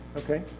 okay,